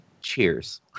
Cheers